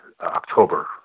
October